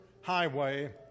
highway